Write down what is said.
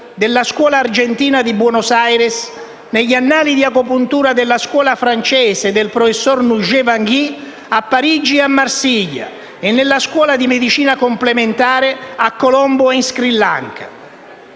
della scuola argentina di Buenos Aires, negli Annali di agopuntura della scuola francese del professor Ngvyen Van Nghi, a Parigi e Marsiglia, e nella Scuola di medicina complementare a Colombo in Sri Lanka.